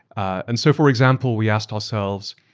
and so for example we asked ourselves,